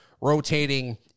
rotating